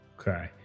Okay